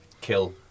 kill